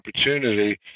opportunity